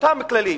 אותם כללים,